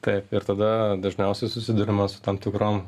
taip ir tada dažniausiai susiduriama su tam tikrom